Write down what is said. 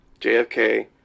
JFK